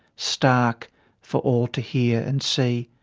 stark for all to hear and see.